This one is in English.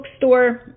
bookstore